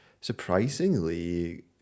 surprisingly